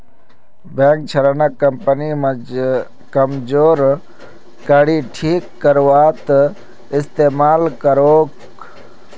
bank ऋणक कंपनीर कमजोर कड़ी ठीक करवात इस्तमाल करोक